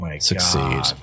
succeed